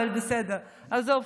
אבל בסדר, עזוב.